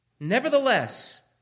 Nevertheless